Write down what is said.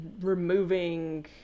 removing